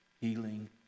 healing